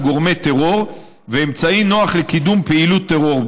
גורמי טרור ואמצעי נוח לקידום פעילות טרור.